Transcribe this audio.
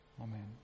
Amen